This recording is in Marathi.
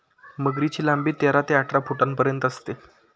मगरीची लांबी तेरा ते अठरा फुटांपर्यंत असते